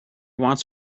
wants